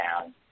down